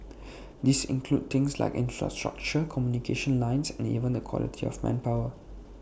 these include things like infrastructure communication lines and even the quality of manpower